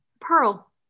pearl